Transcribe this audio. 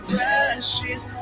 Precious